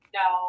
no